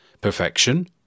Perfection